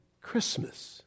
Christmas